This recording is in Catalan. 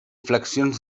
flexions